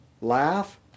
laugh